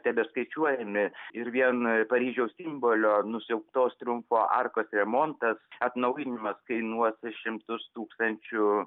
tebeskaičiuojami ir vien paryžiaus simbolio nusiaubtos triumfo arkos remontas atnaujinimas kainuos šimtus tūkstančių